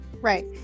Right